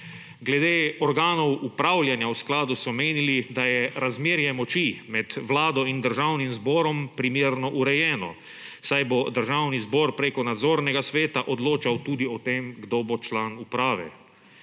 Glede organov upravljanja v skladu so menili, da je razmerje moči med Vlado in Državnim zborom primerno urejeno, saj bo Državni zbor preko nadzornega sveta odločal tudi o tem kdo bo član uprave.